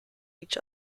each